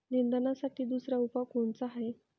निंदनासाठी दुसरा उपाव कोनचा हाये?